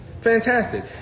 Fantastic